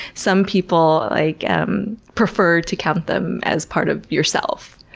some people like um prefer to count them as part of yourself.